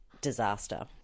disaster